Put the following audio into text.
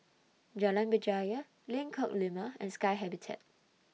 Jalan Berjaya Lengkok Lima and Sky Habitat